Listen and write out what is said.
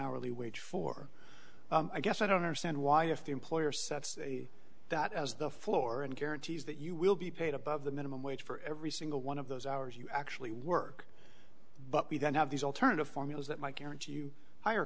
hourly wage for i guess i don't understand why if the employer sets that as the floor and guarantees that you will be paid above the minimum wage for every single one of those hours you actually work but we don't have these alternative formulas that my guarantee you hi